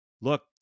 look